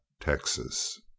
Texas